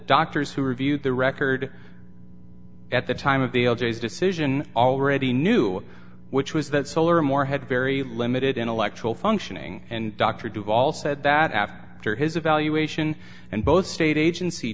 doctors who reviewed the record at the time of the o'jays decision already knew which was that soul or more had very limited intellectual functioning and dr duvall said that after his evaluation and both state agency